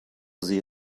sie